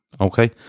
okay